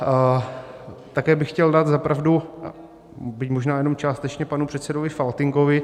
A také bych chtěl dát za pravdu, byť možná jenom částečně, panu předsedovi Faltýnkovi.